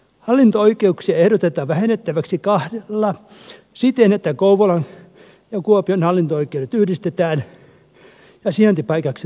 hallinto oikeuksia ehdotetaan vähennettäväksi kahdella siten että kouvolan ja kuopion hallinto oikeudet yhdistetään ja sijaintipaikaksi tulee kuopio